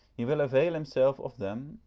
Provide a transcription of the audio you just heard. he will avail himself of them,